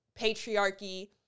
patriarchy